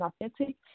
authentic